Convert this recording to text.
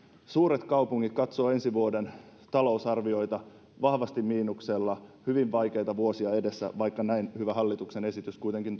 suuret kaupungit katsovat ensi vuoden talousarvioita vahvasti miinuksella hyvin vaikeita vuosia edessä vaikka näin hyvä hallituksen esitys kuitenkin